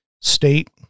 state